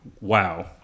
Wow